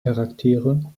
charaktere